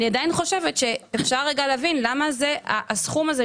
אבל אני עדיין חושבת שאפשר רגע להבין למה הסכום הזה,